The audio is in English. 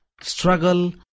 struggle